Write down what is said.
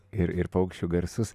ir ir paukščių garsus